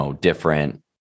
different